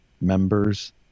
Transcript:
members